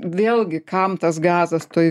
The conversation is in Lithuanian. vėlgi kam tas gazas toj